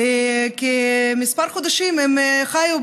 כמה חודשים הם חיו,